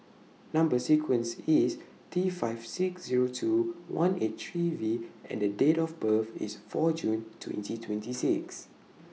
Number sequence IS T five six Zero two one eight three V and Date of birth IS four June twenty twenty six